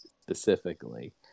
specifically